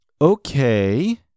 Okay